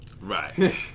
Right